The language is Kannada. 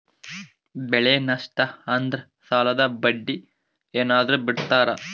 ಬೆಳೆ ನಷ್ಟ ಆದ್ರ ಸಾಲದ ಬಡ್ಡಿ ಏನಾದ್ರು ಬಿಡ್ತಿರಾ?